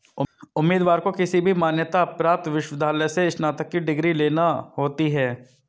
उम्मीदवार को किसी भी मान्यता प्राप्त विश्वविद्यालय से स्नातक की डिग्री लेना होती है